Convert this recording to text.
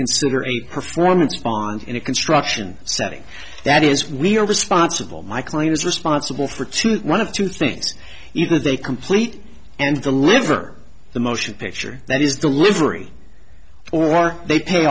consider a performance bond in a construction setting that is we're responsible my client is responsible for two one of two things either they complete and the liver the motion picture that is the livery or they pay